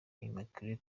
immaculée